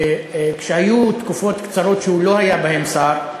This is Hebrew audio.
כשהיו תקופות קצרות שהוא לא היה בהן שר,